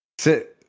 sit